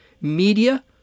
media